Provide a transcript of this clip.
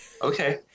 Okay